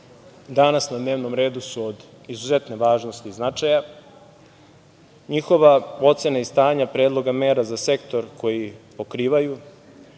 danas na dnevnom redu su od izuzetne važnosti i značaja. Njihova ocena i stanja predloga mera za sektor koji pokrivaju,